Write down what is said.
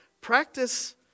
Practice